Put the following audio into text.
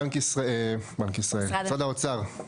משרד האוצר.